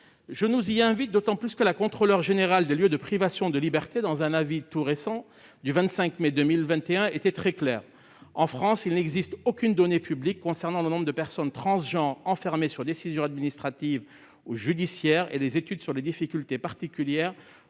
Je nous y invite d'autant plus que la Contrôleuse générale des lieux de privation de liberté, dans un avis tout récent du 25 mai 2021, était très claire sur ce point :« En France, il n'existe [...] aucune donnée publique concernant le nombre de personnes transgenres enfermées sur décision administrative ou judiciaire et les études sur les difficultés particulières